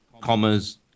commas